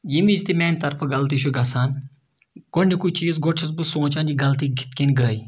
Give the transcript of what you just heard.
ییٚمہِ وِز تہِ میٛانہِ طرفہٕ غلطی چھِ گژھان گۄڈٕنیُکُے چیٖز گۄڈٕ چھُس بہٕ سونٛچان یہِ غلطی کِتھ کٔنۍ گٔے